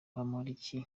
bamporiki